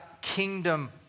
kingdom